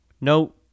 No